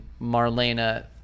Marlena